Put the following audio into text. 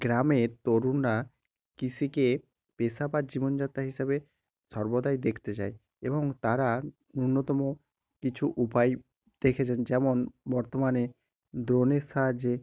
গ্রামের তরুণরা কৃষিকে পেশা বা জীবনযাত্রা হিসাবে সর্বদাই দেখতে চায় এবং তারা ন্যুনতম কিছু উপায় দেখেছেন যেমন বর্তমানে ড্রোনের সাহায্যে